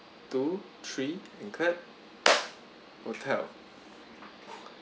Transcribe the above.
two three and clap hotel